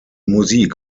musik